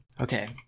okay